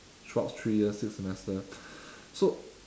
throughout three years six semester so